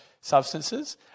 substances